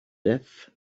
death